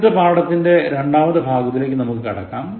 ഇന്നത്തെ പാഠത്തിന്റെ രണ്ടാമത്തെ ഭാഗത്തേക്ക് നമുക്ക് കടക്കാം